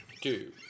two